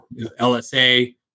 LSA